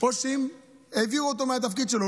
או שאם העבירו אותו מהתפקיד שלו,